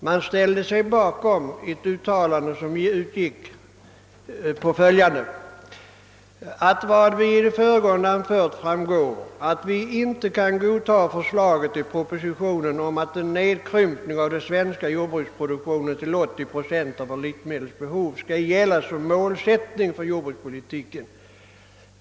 Den ställde sig bakom ett uttalande som löd: »Av vad vi i det föregående anfört framgår, att vi inte kan godta förslaget i propositionen om att en nedkrympning av den svenska jordbruksproduktionen till 80 70 av vårt livsmedelsbehov skall gälla som målsättning för jordbrukspolitiken.